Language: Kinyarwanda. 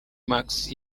max